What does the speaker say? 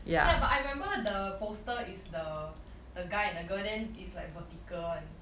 ya but I remember the poster is the the guy and the girl then is like vertical [one]